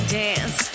dance